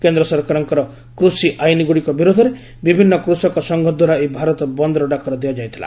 କେନ୍ଦ୍ର ସରକାରଙ୍କ କୃଷି ଆଇନଗୁଡ଼ିକ ବିରୋଧରେ ବିଭିନ୍ନ କୃଷକ ସଂଘଦ୍ୱାରା ଏହି ଭାରତ ବନ୍ଦ୍ର ଡାକରା ଦିଆଯାଇଥିଲା